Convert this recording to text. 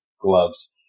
gloves